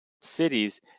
cities